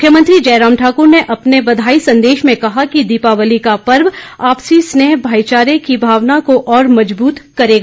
मुख्यमंत्री ने अपने बधाई संदेश में कहा कि दीपावली का पर्व आपसी स्नेह भाईचारे की भावना को और मजबूत करेगा